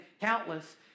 countless